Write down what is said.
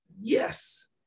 Yes